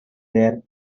their